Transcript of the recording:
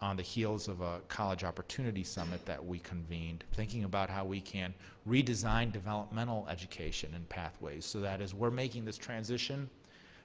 on the heels of a college opportunity summit that we convened thinking about how we can redesign developmental education and pathways, so that as we're making this transition